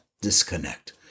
disconnect